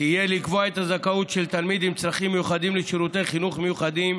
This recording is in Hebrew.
תהיה לקבוע את הזכאות של תלמיד עם צרכים מיוחדים לשירותי חינוך מיוחדים